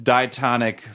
Diatonic